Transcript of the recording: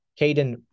Caden